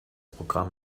programm